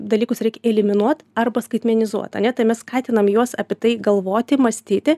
dalykus reikia eliminuot arba skaitmenizuot ane tai mes skatinam juos apie tai galvoti mąstyti